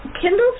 Kindle's